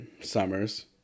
Summers